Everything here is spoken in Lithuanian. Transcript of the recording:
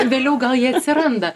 vėliau gal jie atsiranda